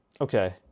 Okay